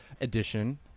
edition